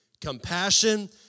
Compassion